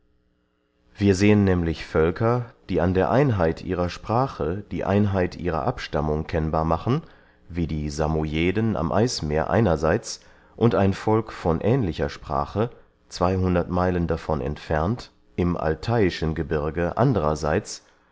wir sehen nämlich völker die an der einheit ihrer sprache die einheit ihrer abstammung kennbar machen wie die samojeden am eismeer einerseits und ein volk von ähnlicher sprache zweyhundert meilen davon entfernt im altaischen gebirge andererseits